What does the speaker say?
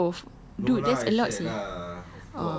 then you drink both dude that's a lot seh